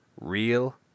real